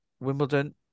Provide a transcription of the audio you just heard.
Wimbledon